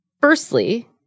Firstly